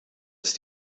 ist